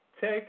take